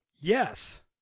Yes